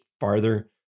farther